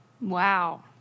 Wow